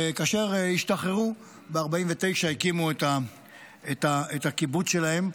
וכאשר השתחררו ב-1949, הקימו את הקיבוץ שלהם,